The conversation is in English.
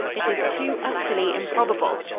it is too utterly improbable.